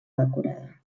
decorada